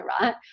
right